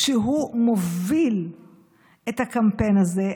כשהוא מוביל את הקמפיין הזה,